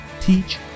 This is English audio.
teach